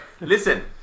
listen